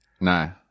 No